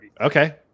Okay